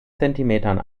zentimetern